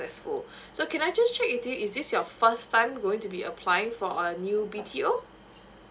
successful so can I just check with you is this your first time going to be applying for a new B_T_O